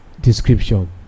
description